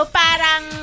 parang